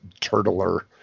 Turtler